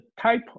type